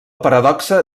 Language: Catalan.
paradoxa